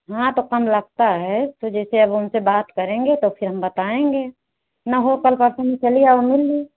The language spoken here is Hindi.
यहाँ तो कम लगता है तो जैसे अब उनसे बात करेंगे तब फिर हम बताएंगे ना हो कल परसों में चली आओ मिल ली